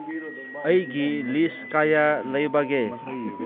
ꯑꯩꯒꯤ ꯂꯤꯁ ꯀꯌꯥ ꯂꯩꯕꯒꯦ